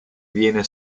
viene